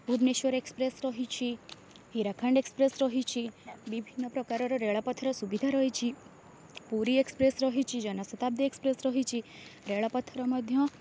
Bhubaneswar express ରହିଛି Hirakhand express ରହିଛି ବିଭିନ୍ନ ପ୍ରକାରର ରେଳପଥର ସୁବିଧା ରହିଛି ପୁରୀ ଏକ୍ସପ୍ରେସ୍ ରହିଛି ଜନଶତାବ୍ଦୀ ଏକ୍ସପ୍ରେସ୍ ରହିଛି ରେଳପଥର ମଧ୍ୟ